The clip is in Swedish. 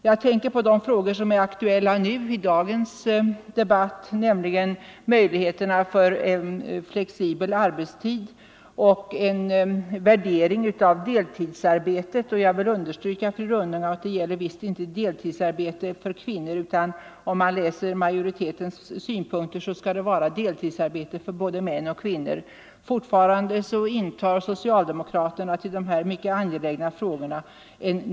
Jag tänker på de frågor som är aktuella i dagens debatt, nämligen möjligheterna till en flexibel arbetstid och en värdering av deltidsarbetet. Jag vill understryka, fru Rönnung, att det gäller visst inte deltidsarbete bara för kvinnor, utan om man tar del av majoritetens synpunkter finner man att det skall vara deltidsarbete för både män och kvinnor. Fortfarande har socialdemokraterna en negativ inställning till de här mycket angelägna frågorna.